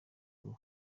n’ubu